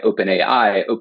OpenAI